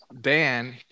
Dan